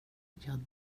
jag